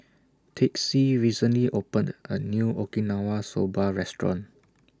Texie recently opened A New Okinawa Soba Restaurant